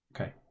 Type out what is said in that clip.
Okay